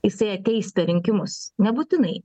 jisai ateis per rinkimus nebūtinai